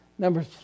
Number